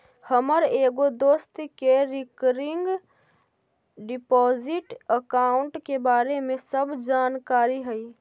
हमर एगो दोस्त के रिकरिंग डिपॉजिट अकाउंट के बारे में सब जानकारी हई